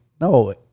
No